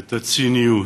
את הציניות,